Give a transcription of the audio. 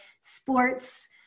sports